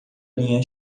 linha